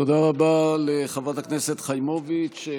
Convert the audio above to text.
תודה רבה לחברת הכנסת חיימוביץ'.